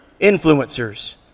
influencers